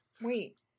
wait